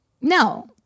No